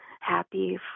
happy